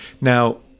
Now